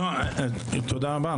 תודה רבה,